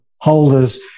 holders